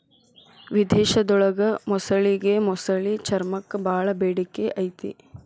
ವಿಧೇಶದೊಳಗ ಮೊಸಳಿಗೆ ಮೊಸಳಿ ಚರ್ಮಕ್ಕ ಬಾಳ ಬೇಡಿಕೆ ಐತಿ